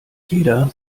jeder